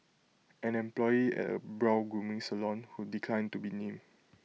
an employee at A brow grooming salon who declined to be named